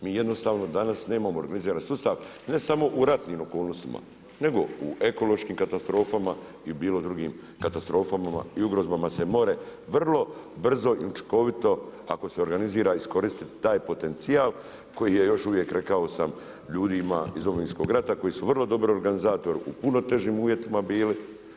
Mi jednostavno danas nemamo organiziran sustav ne samo u ratnim okolnostima, nego u ekološkim katastrofama i bilo drugim katastrofama i ugrozbama se more vrlo brzo i učinkovito ako se organizira iskoristiti taj potencijal koji je još uvijek rekao sam ljudi ima iz Domovinskog rata koji su vrlo dobro organizatori u puno težim uvjetima bili.